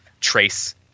trace